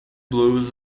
blues